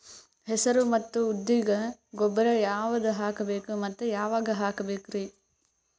ಹೆಸರು ಮತ್ತು ಉದ್ದಿಗ ಗೊಬ್ಬರ ಯಾವದ ಹಾಕಬೇಕ ಮತ್ತ ಯಾವಾಗ ಹಾಕಬೇಕರಿ?